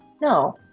No